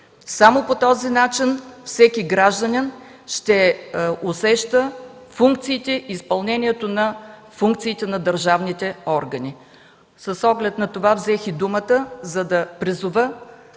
Само по този начин всеки гражданин ще усеща изпълнението на функциите на държавните органи. С оглед на това взех думата – за да призова